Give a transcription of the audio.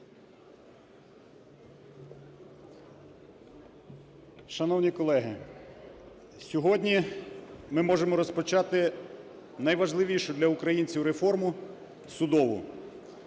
Шановні колеги, сьогодні ми можемо розпочати найважливішу для українців реформу – судову.